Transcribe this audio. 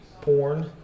porn